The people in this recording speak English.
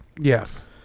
Yes